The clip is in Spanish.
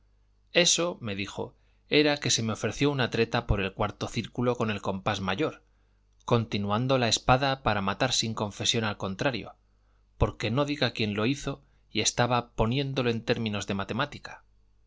eso me dijo era que se me ofreció una treta por el cuarto círculo con el compás mayor continuando la espada para matar sin confesión al contrario porque no diga quién lo hizo y estaba poniéndolo en términos de matemática